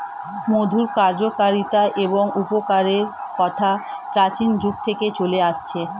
মধুর কার্যকারিতা এবং উপকারের কথা প্রাচীন যুগ থেকে চলে আসছে